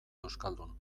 euskaldun